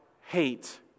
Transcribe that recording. hate